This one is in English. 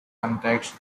contexts